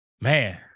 Man